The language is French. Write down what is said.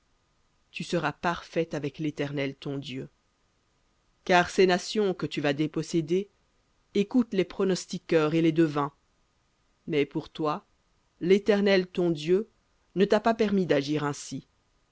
tu seras parfait avec l'éternel ton dieu car ces nations que tu vas déposséder écoutent les pronostiqueurs et les devins mais pour toi l'éternel ton dieu ne t'a pas permis d'agir ainsi